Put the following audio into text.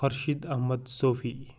Khurshid Ahmad Sufi